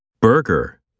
Burger